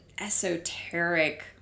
esoteric